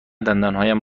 دندانهایم